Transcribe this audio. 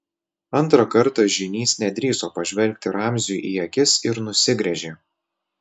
antrą kartą žynys nedrįso pažvelgti ramziui į akis ir nusigręžė